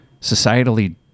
societally